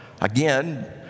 Again